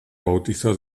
bautizó